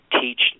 teach